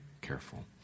careful